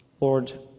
Lord